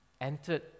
entered